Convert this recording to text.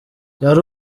yari